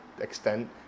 extent